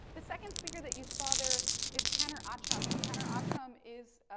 the second speaker that you saw there is taner ackam. and, taner ackam is,